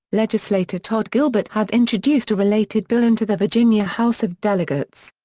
legislator todd gilbert had introduced a related bill into the virginia house of delegates.